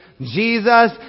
Jesus